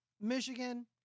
Michigan